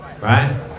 right